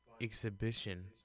exhibition